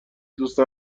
دوست